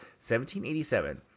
1787